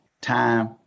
time